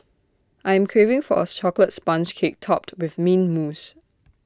I am craving for A Chocolate Sponge Cake Topped with Mint Mousse